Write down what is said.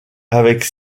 avec